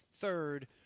Third